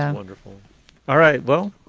um wonderful all right. well,